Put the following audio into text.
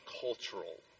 cultural